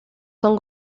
son